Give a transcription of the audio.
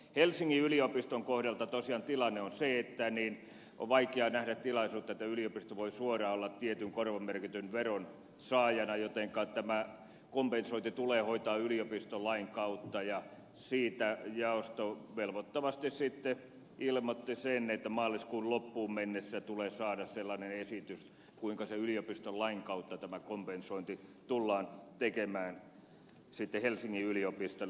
helsingin yliopiston kohdalta tosiaan tilanne on se että on vaikea nähdä tilaisuutta että yliopisto voi suoraan olla tietyn korvamerkityn veron saajana jotenka tämä kompensointi tulee hoitaa yliopistolain kautta ja siitä jaosto velvoittavasti sitten ilmoitti sen että maaliskuun loppuun mennessä tulee saada sellainen esitys kuinka tämä kompensointi yliopistolain kautta tullaan tekemään sitten helsingin yliopistolle